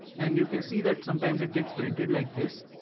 and you can see that sometimes it gets printed like this.